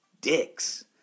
dicks